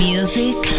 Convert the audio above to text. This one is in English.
Music